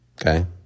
Okay